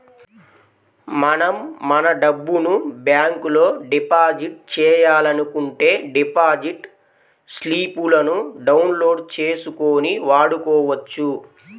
మనం మన డబ్బును బ్యాంకులో డిపాజిట్ చేయాలనుకుంటే డిపాజిట్ స్లిపులను డౌన్ లోడ్ చేసుకొని వాడుకోవచ్చు